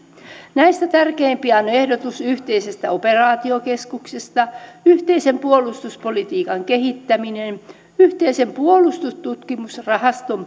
näistä tärkeimpiä ovat ehdotus yhteisestä operaatiokeskuksesta yhteisen puolustuspolitiikan kehittäminen yhteisen puolustustutkimusrahaston